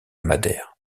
madère